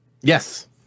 Yes